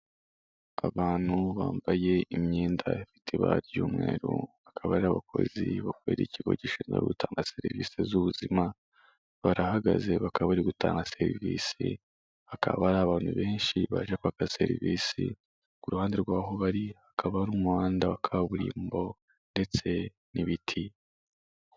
Abantu bambaye imyenda ifite ibara ry'umweru, akaba ari abakozi bakorera ikigo gishinzwe gutanga serivise z'ubuzima, barahagaze, bakaba bari gutanga serivisi, hakaba hari abantu benshi bajya kwaka serivisi, ku ruhande rw'aho bari hakaba ari umuhanda wa kaburimbo ndetse n'ibiti.